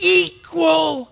equal